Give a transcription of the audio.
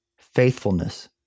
faithfulness